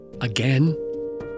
again